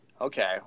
Okay